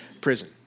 prison